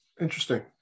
Interesting